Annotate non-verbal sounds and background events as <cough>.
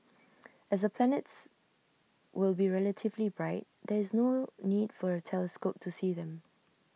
<noise> as the planets will be relatively bright there is no need for A telescope to see them